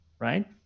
right